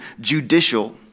judicial